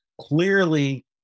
clearly